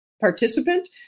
participant